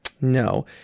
No